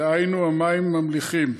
דהיינו, המים ממליחים.